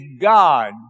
God